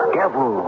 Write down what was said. devil